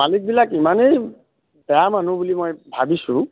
মালিকবিলাক ইমানেই বেয়া মানুহ বুলি মই ভাবিছোঁ